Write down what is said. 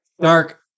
Dark